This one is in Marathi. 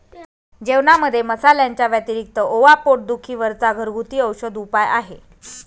जेवणामध्ये मसाल्यांच्या व्यतिरिक्त ओवा पोट दुखी वर चा घरगुती औषधी उपाय आहे